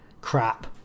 crap